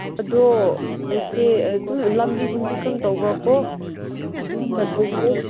ꯑꯗꯣ ꯑꯩꯁꯦ ꯑꯗꯨꯝ ꯂꯝꯕꯤꯒꯨꯝꯕꯗꯤ ꯀꯔꯝ ꯇꯧꯕ꯭ꯔ ꯀꯣ ꯆꯠꯄꯗꯣ